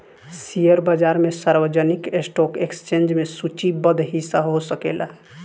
share बाजार में सार्वजनिक स्टॉक एक्सचेंज में सूचीबद्ध हिस्सा हो सकेला